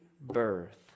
birth